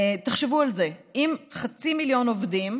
תחשבו על זה: אם חצי מיליון עובדים,